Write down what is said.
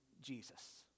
Jesus